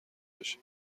بشه